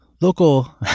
local